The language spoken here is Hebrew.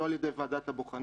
לא על ידי ועדת הבוחנים,